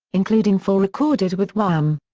including four recorded with wham!